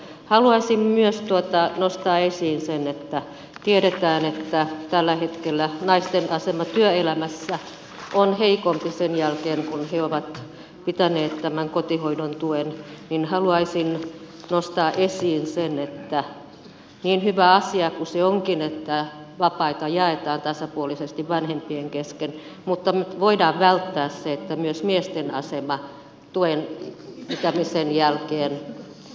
haluaisin myös tuottaa nostaa esiin sen kun tiedetään että tällä hetkellä naisten asema työelämässä on heikompi sen jälkeen kun he ovat pitäneet tämän kotihoidon tuen niin haluaisin nostaa esiin sen että niin hyvä asia kuin se onkin että vapaita jaetaan tasapuolisesti vanhempien kesken miten nyt voidaan välttää se että myös miesten asema tuen pitämisen jälkeen heikentyy